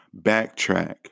backtrack